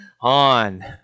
On